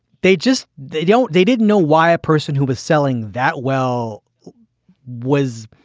they just they don't they didn't know why a person who was selling that well was.